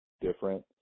different